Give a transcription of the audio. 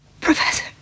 Professor